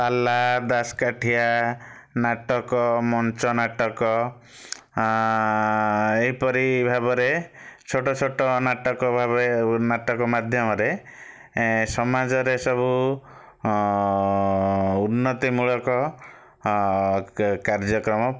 ପାଲା ଦାଶକାଠିଆ ନାଟକ ମଞ୍ଚ ନାଟକ ଏଇପରି ଭାବରେ ଛୋଟ ଛୋଟ ନାଟକ ଭାବେ ନାଟକ ମାଧ୍ୟମରେ ସମାଜରେ ସବୁ ଉନ୍ନତିମୂଳକ କାର୍ଯ୍ୟକ୍ରମ